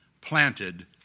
planted